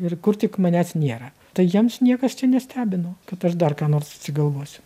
ir kur tik manęs nėra tai jiems niekas čia nestebino kad aš dar ką nors susigalvosiu